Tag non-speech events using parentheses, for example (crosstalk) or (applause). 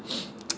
(breath) (noise)